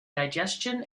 digestion